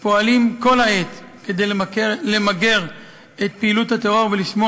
פועלים כל העת כדי למגר את פעילות הטרור ולשמור